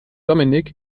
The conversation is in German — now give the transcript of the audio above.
dominik